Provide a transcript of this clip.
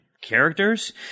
characters